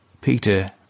Peter